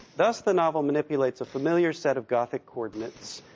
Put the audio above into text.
thus, the novel manipulates a familiar set of gothic coordinates,